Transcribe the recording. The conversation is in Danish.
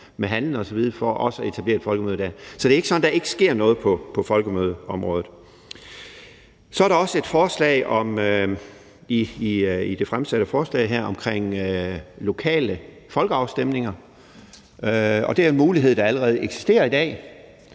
med handlende osv. for også at etablere et folkemøde der. Så det er ikke sådan, at der ikke sker noget på folkemødeområdet. Så er der i det fremsatte forslag her også et forslag om lokale folkeafstemninger, og det er jo en mulighed, der allerede eksisterer i dag.